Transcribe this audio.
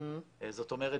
זאת אומרת,